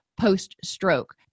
post-stroke